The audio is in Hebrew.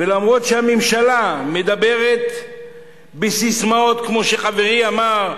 ואף-על-פי שהממשלה מדברת בססמאות, כמו שחברי אמר,